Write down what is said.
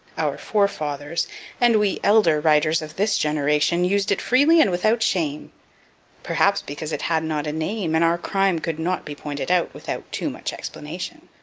our forefathers and we elder writers of this generation used it freely and without shame perhaps because it had not a name, and our crime could not be pointed out without too much explanation.